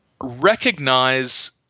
recognize